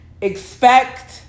expect